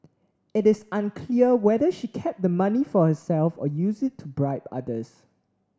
it is unclear whether she kept the money for herself or used it to bribe others